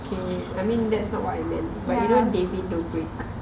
hmm I mean that's not what I meant but you know david dobrik